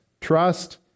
Trust